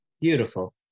Beautiful